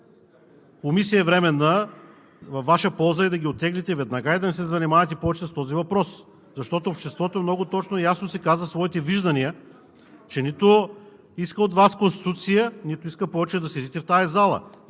комисия – във Ваша полза е да ги оттеглите веднага и да не се занимавате повече с този въпрос. Защото обществото много точно и ясно си каза своите виждания, че нито иска от Вас Конституция, нито иска повече да седите в тази зала.